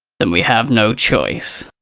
then we have no choice.